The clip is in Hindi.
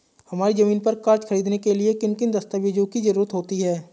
हमारी ज़मीन पर कर्ज ख़रीदने के लिए किन किन दस्तावेजों की जरूरत होती है?